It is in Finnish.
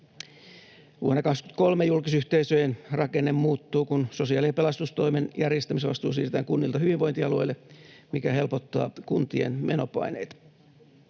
Vuonna 23 julkisyhteisöjen rakenne muuttuu, kun sosiaali‑ ja pelastustoimen järjestämisvastuu siirretään kunnilta hyvinvointialueille, mikä helpottaa kuntien menopaineita.